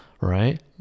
right